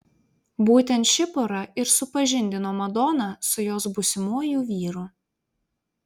būtent ši pora ir supažindino madoną su jos būsimuoju vyru